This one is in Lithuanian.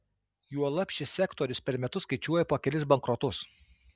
juolab šis sektorius per metus skaičiuoja po kelis bankrotus